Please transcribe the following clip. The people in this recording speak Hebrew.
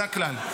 זה הכלל.